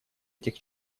этих